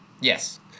Yes